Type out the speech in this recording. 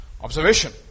Observation